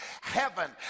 heaven